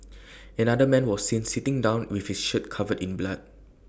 another man was seen sitting down with his shirt covered in blood